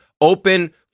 open